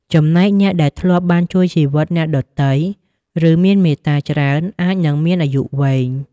ចំណែកអ្នកដែលធ្លាប់បានជួយជីវិតអ្នកដទៃ ឬមានមេត្តាច្រើន អាចនឹងមានអាយុវែង។